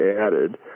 added